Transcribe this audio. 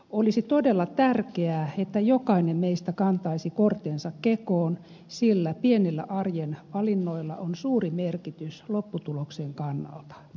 olisi todella tärkeää että jokainen meistä kantaisi kortensa kekoon sillä pienillä arjen valinnoilla on suuri merkitys lopputuloksen kannalta